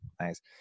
Nice